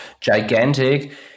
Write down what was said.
gigantic